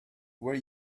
were